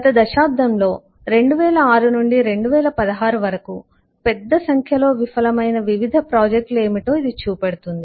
గత దశాబ్దంలో 2006 నుండి 2016 వరకు పెద్ద సంఖ్యలో విఫలమైన వివిధ పెద్ద ప్రాజెక్టులు ఏమిటో ఇది చూపెడుతుంది